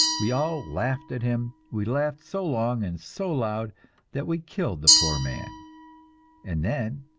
we all laughed at him we laughed so long and so loud that we killed the poor man and then,